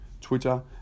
Twitter